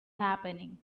happening